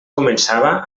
començava